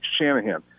Shanahan